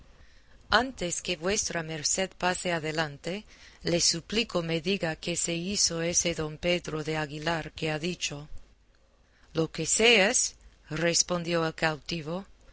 antes que vuestra merced pase adelante le suplico me diga qué se hizo ese don pedro de aguilar que ha dicho lo que sé es respondió el cautivo